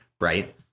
right